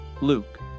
Luke